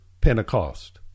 Pentecost